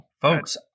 Folks